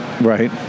Right